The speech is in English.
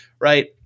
right